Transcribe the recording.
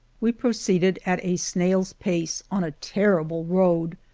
we proceeded at a snail's pace on a terri ble road,